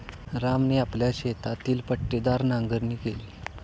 रामने आपल्या शेतातील पट्टीदार नांगरणी केली